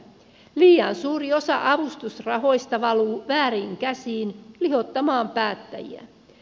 liian suuri osa avustusrahoista valuu vääriin käsiin lihottamaan päättäjiä